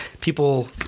people